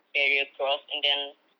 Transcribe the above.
barrier crossed and then